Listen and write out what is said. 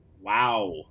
Wow